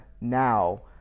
now